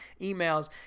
emails